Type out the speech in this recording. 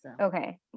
Okay